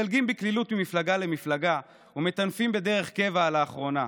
מדלגים בקלילות ממפלגה למפלגה ומטנפים בדרך קבע על האחרונה.